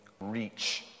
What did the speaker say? reach